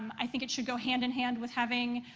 i think it should go hand-in-hand with having,